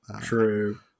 true